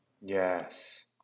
Yes